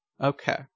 Okay